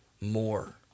more